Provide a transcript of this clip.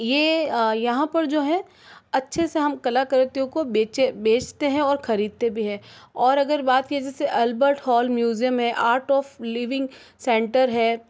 ये यहाँ पर जो है अच्छे से हम कलाकृतियों को बेचे बेचते हैं और ख़रीदते भी हैं और अगर बात की जाए जैसे अल्बर्ट हॉल म्यूजियम है आर्ट ऑफ लिविंग सेंटर है